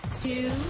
Two